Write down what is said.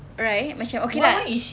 right macam okay lah